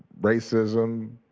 racism,